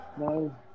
No